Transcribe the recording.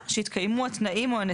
זה קיים בחוק אוויר